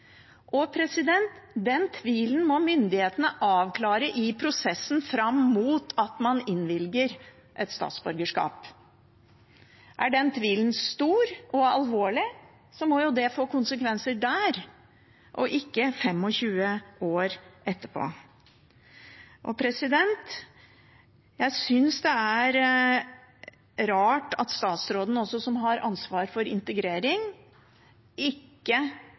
Den tvilen må myndighetene avklare i prosessen fram mot at man innvilger et statsborgerskap. Er tvilen stor og alvorlig, må det få konsekvenser da og ikke 25 år etterpå. Jeg synes det er rart at statsråden som har ansvar for integrering, ikke